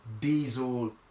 Diesel